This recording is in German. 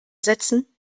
setzen